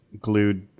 glued